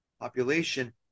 population